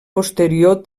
posterior